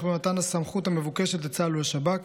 במתן הסמכות המבוקשת לצה"ל ולשב"כ,